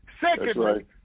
Secondly